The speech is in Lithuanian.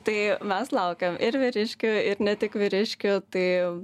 tai mes laukiam ir vyriškių ir ne tik vyriškių tai